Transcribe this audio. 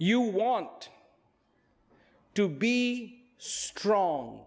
you want to be strong